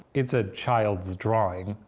it's a child's drawing.